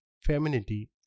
Femininity